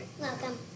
Welcome